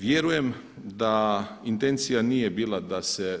Vjerujem da intencija nije bila da se